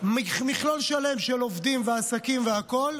מכלול שלם של עובדים ועסקים והכול,